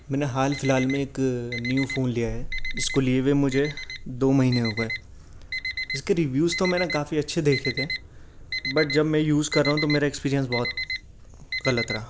میں نے حال فی الحال میں ایک نیو فون لیا ہے جس کو لیے ہوئے مجھے دو مہینے ہو گئے جس کے ریویوز تو میں نے کافی اچھے دیکھے تھے بٹ جب میں یوز کر رہا ہوں تو میرا ایکسپیرینس بہت غلط رہا